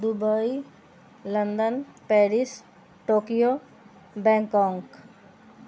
Dubai London Paris Tokyo Bangkok